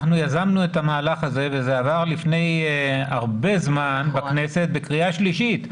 אנחנו יזמנו את המהלך הזה וזה עבר לפני הרבה זמן בכנסת בקריאה שלישית.